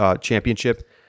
Championship